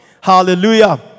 Hallelujah